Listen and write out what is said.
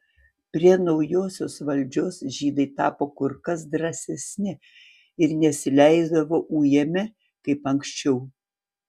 prie naujosios valdžios žydai tapo kur kas drąsesni ir nesileisdavo ujami kaip anksčiau